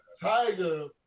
Tiger